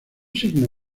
signo